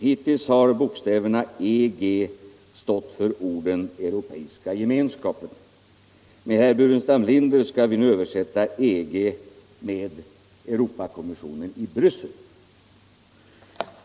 Hittills har bokstäverna EG stått för orden Europeiska gemenskapen. Enligt herr Burenstam Linder skall vi översätta EG med Europakommissionen i Bryssel.